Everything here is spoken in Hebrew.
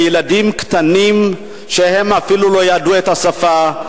בילדים קטנים שאפילו לא ידעו את השפה,